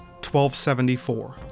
1274